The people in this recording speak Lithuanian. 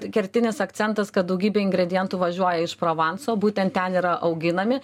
kertinis akcentas kad daugybė ingredientų važiuoja iš provanso būtent ten yra auginami